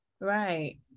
right